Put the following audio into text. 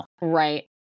Right